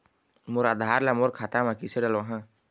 मोर आधार ला मोर खाता मे किसे डलवाहा?